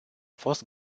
fost